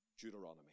Deuteronomy